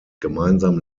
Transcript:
gemeinsam